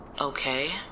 Okay